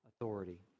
authority